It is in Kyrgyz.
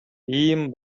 иим